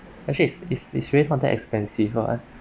actually is is is really counted expensive one